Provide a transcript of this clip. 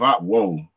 Whoa